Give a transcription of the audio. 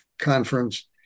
conference